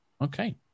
okay